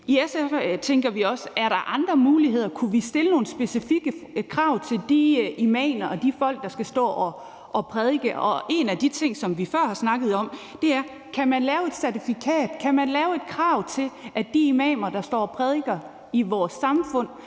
I SF tænker vi også: Er der andre muligheder? Kunne vi stille nogle specifikke krav til de imamer og de folk, der skal stå og prædike? Og en af de ting, vi før har snakket om, er: Kan man lave et certifikat? Kan man lave et krav til, at de imamer, der står og prædiker i vores samfund,